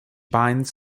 binds